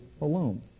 alone